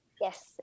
yes